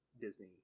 Disney